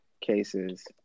cases